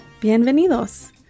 Bienvenidos